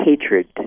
hatred